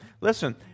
Listen